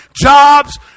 jobs